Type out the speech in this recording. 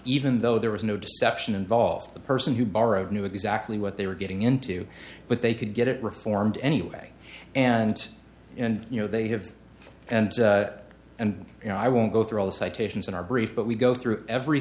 even though there was no deception involved the person who borrowed knew exactly what they were getting into but they could get it reformed anyway and you know they have and and you know i won't go through all the citations in our brief but we go through every